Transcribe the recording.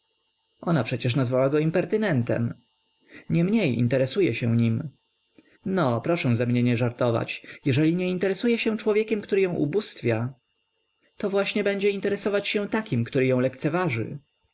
ona przecież nazwala go impertynentem niemniej interesuje się nim no proszę ze mnie nie żartować jeżeli nie interesuje się człowiekiem który ją ubóstwia to właśnie będzie interesować się takim który ją lekceważy